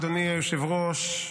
אדוני היושב-ראש,